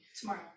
Tomorrow